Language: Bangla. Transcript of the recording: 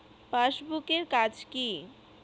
পাশবুক এর কাজ কি?